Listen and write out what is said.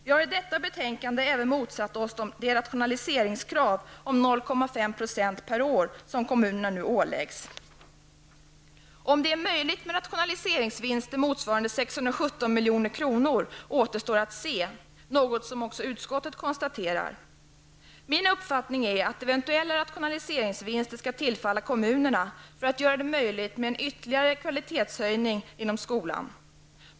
Vi har i detta betänkande även motsatt oss det rationaliseringskrav om 0,5 % per år som kommunerna nu åläggs. Om det är möjligt med rationaliseringsvinster motsvarande 617 milj.kr. återstår att se, något som också utskottet konstaterar. Min uppfattning är att eventuella rationaliseringsvinster skall tillfalla kommunerna för att göra det möjligt med ytterligare kvalitetshöjningar inom skolan.